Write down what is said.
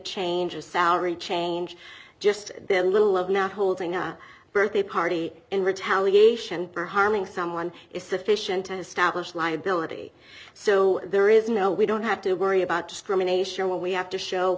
changes salary change just that little of now holding a birthday party in retaliation for harming someone is sufficient to establish liability so there is no we don't have to worry about discrimination what we have to show